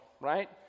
right